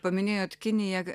paminėjot kiniją